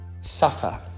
suffer